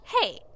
Hey